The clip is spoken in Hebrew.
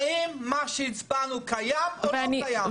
האם מה שהצבענו קיים או לא קיים?